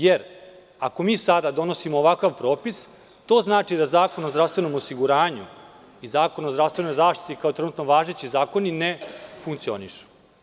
Jer, ako mi sada donosimo ovakav propis, to znači da Zakon o zdravstvenom osiguranju i Zakon o zdravstvenoj zaštiti, kao trenutno važeći zakoni, ne funkcionišu.